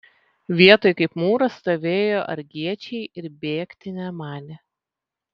vietoj kaip mūras stovėjo argiečiai ir bėgti nemanė